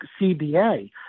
CBA